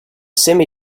semi